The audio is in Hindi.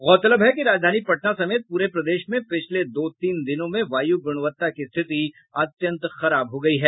गौरतलब है कि राजधानी पटना समेत पूरे प्रदेश में पिछले दो तीन दिनों में वायु गुणवत्ता की स्थिति अत्यंत खराब हो गयी है